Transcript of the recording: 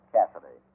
Cassidy